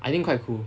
I think quite cool